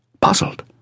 puzzled